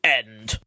end